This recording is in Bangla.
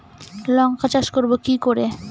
লঙ্কা চাষ করব কি করে?